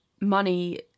money